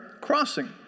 crossing